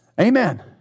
Amen